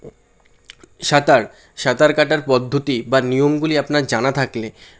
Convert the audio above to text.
সাঁতার সাঁতার কাটার পদ্ধতি বা নিয়মগুলি আপনার জানা থাকলে